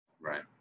Right